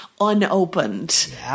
unopened